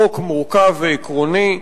חוק מורכב ועקרוני,